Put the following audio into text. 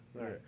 right